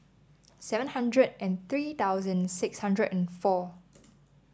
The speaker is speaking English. seven hundred and three thousand six hundred and four